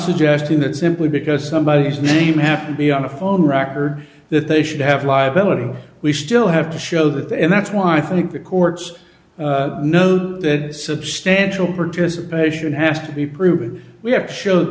suggesting that simply because somebody is not even have to be on a phone record that they should have liability we still have to show that the and that's why i think the courts know dead substantial participation has to be proven we have to show